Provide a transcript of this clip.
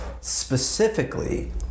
specifically